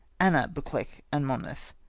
anna bdccleuch and monmouth.